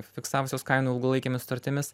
fiksavusios kainų ilgalaikėmis sutartimis